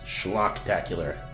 Schlocktacular